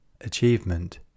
Achievement